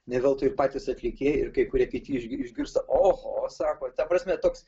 ne veltui ir patys atlikėjai ir kai kurie kiti iš išgirsta oho sako ta prasme toks